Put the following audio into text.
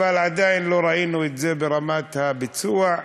אבל עדיין לא ראינו את זה ברמת הביצוע,